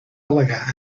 al·legar